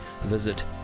visit